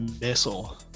missile